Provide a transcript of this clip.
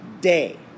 day